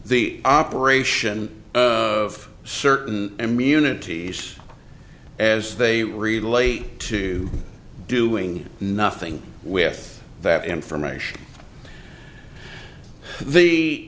the operation of certain immunity as they relate to doing nothing with that information the